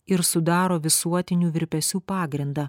ir sudaro visuotinių virpesių pagrindą